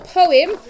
poem